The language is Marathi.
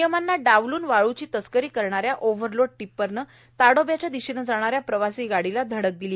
नियमांना डावलून वाळूची तस्करी करणाऱ्या ओव्हरलोड टिप्परने ताडोब्याच्या दिशेने जात असलेल्या प्रवासी गाडीला धडक दिली